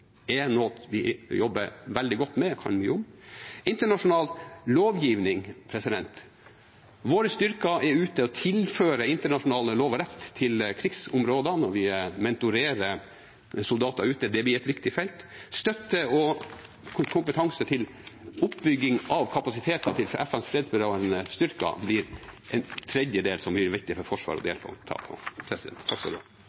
er noe vi jobber veldig godt med og kan mye om. Internasjonal lovgivning – våre styrker er ute og tilfører internasjonal lov og rett til krigsområder når vi mentorerer soldater ute – det blir et viktig felt. Støtte og kompetanse til oppbygging av kapasiteten til FNs fredsbevarende styrker blir en tredje del som det er viktig for Forsvaret